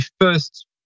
first